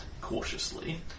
cautiously